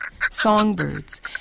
songbirds